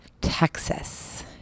Texas